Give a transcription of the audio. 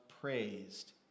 praised